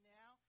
now